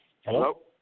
Hello